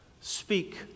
Speak